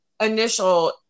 initial